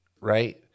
right